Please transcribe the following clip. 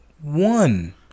One